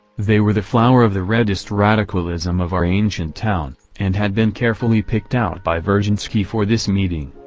they were the flower of the reddest radicalism of our ancient town, and had been carefully picked out by virginsky for this meeting.